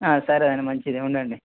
సరే అండి మంచిది ఉండండి